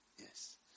Yes